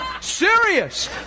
Serious